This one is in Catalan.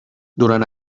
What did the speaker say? durant